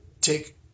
take